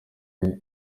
ubumwe